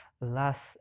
last